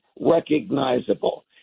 recognizable